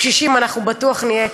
קשישים אנחנו בטוח נהיה,